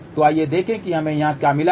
तो आइए देखें कि हमें यहाँ क्या मिला है